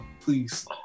Please